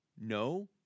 No